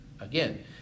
again